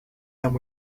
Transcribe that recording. and